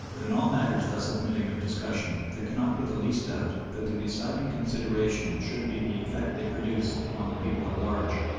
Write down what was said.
but in all matters thus admitting of discussion there cannot be the least doubt that the deciding consideration should be the effect they produce upon the people at large.